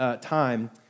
time